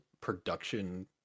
production